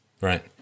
Right